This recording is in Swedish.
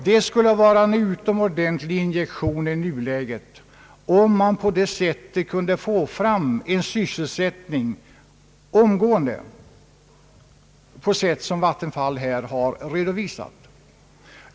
Det skulle vara en utomordentlig injektion i nuvarande läge om man på detta sätt omgående kunde få fram arbete på det sätt som Vattenfall har anvisat.